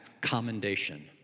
commendation